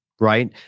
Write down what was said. right